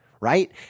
right